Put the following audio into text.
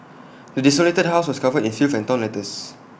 the desolated house was covered in filth and torn letters